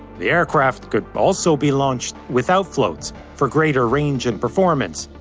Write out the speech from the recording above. the aircraft could also be launched without floats for greater range and performance,